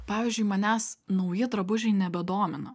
pavyzdžiui manęs nauji drabužiai nebedomina